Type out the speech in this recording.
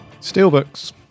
steelbooks